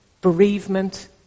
bereavement